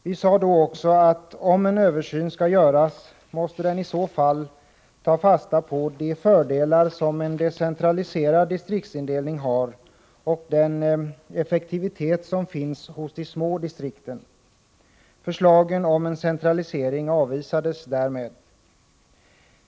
Vi sade då också att om en översyn skall göras, måste den ta fasta på de fördelar som en decentraliserad distriktsindelning har och den effektivitet som finns hos de små distrikten. Förslagen om en centralisering avvisades därmed.